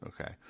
okay